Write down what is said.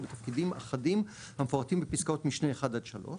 בתפקידים אחדים המפורטים בפסקאות משנה (1) עד (3),